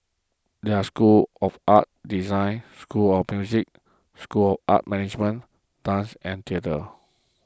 they are the school of art design school of music school of art management dance and theatre